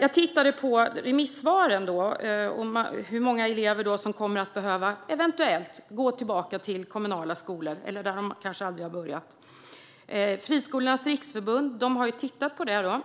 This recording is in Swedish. Jag tittade på remissvaren för att se hur många elever som eventuellt kommer att behöva gå till kommunala skolor, som de kanske aldrig har gått i tidigare. Friskolornas riksförbund har tittat på detta.